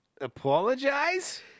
Apologize